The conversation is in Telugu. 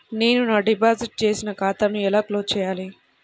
నేను నా డిపాజిట్ చేసిన ఖాతాను ఎలా క్లోజ్ చేయాలి?